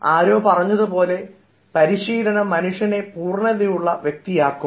ആരോ പറഞ്ഞതുപോലെ പരിശീലനം മനുഷ്യനെ പൂർണതയുള്ള വ്യക്തിയായിതീർക്കും